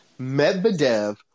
Medvedev